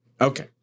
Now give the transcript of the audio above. Okay